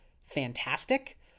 fantastic